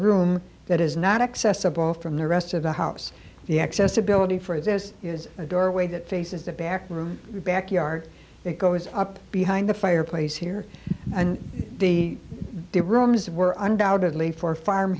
room that is not accessible from the rest of the house the accessibility for exist is a doorway that faces the back room the back yard that goes up behind the fireplace here and the day rooms were undoubtedly for farm